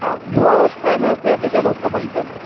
आं युवावस्थायामेव क्रियते चेत् उत्तमं तद्